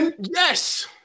Yes